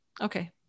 okay